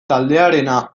taldearena